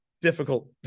difficult